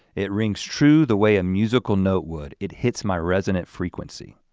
it rings true the way a musical note would. it hits my resonant frequency.